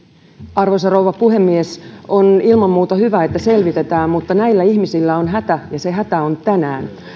arvoisa rouva puhemies on ilman muuta hyvä että selvitetään mutta näillä ihmisillä on hätä ja se hätä on tänään